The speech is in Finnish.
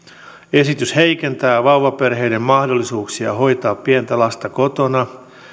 esitys heikentää vauvaperheiden mahdollisuuksia hoitaa pientä lasta kotona